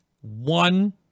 One